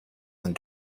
and